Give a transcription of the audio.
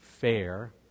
fair